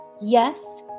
Yes